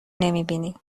نمیبینی